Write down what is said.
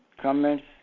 comments